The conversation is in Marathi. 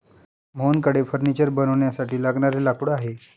मोहनकडे फर्निचर बनवण्यासाठी लागणारे लाकूड आहे